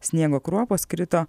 sniego kruopos krito